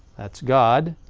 that's god,